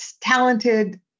talented